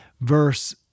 Verse